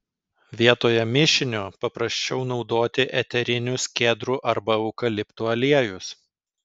vietoje mišinio paprasčiau naudoti eterinius kedrų arba eukaliptų aliejus